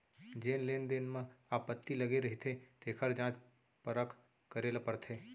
जेन लेन देन म आपत्ति लगे रहिथे तेखर जांच परख करे ल परथे